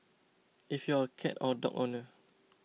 if you are a cat or dog owner